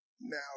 Now